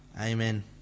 Amen